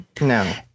No